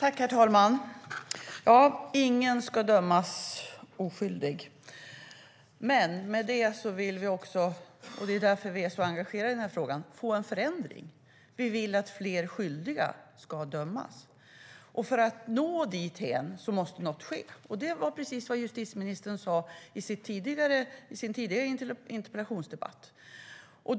Herr talman! Ingen ska dömas oskyldig. Men vi vill, och det är därför vi är engagerade i frågan, få en förändring. Vi vill att fler skyldiga ska dömas. För att vi ska nå dithän måste något ske. Det var precis vad justitieministern sade i den tidigare interpellationsdebatten.